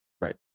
right